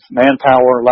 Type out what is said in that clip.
manpower